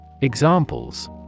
Examples